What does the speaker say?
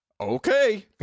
Okay